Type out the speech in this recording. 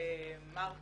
ומר פרטרידג'